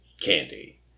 candy